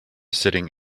sitting